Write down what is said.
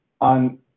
on